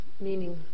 meaning